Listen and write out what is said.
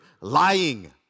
lying